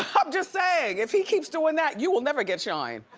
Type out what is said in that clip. i'm just saying, if he keeps doing that you will never get shine.